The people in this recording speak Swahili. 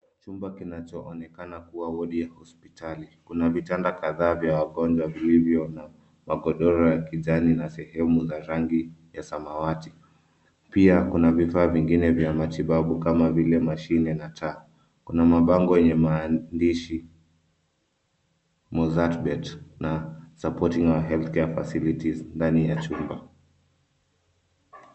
Chumba kinacho onekana kuwa wadi ya hospitali. Kuna vitanda kadhaa vya wagonjwa vilivyo na magodoro ya kijani na sehemu za rangi ya samawati. Pia kuna vifaa vingine vya matibabu kama vile mashine na taa. Kuna mabango yenye maandishi Mozzart Bet supporting our health care facilities ndani ya chumba.